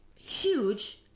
huge